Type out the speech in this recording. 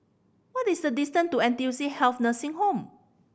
what is the distance to N T U C Health Nursing Home